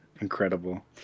Incredible